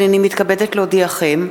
הנני מתכבדת להודיעכם,